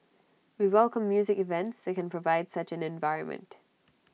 we welcome music events that can provide such an environment